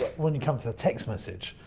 when you come to a text message,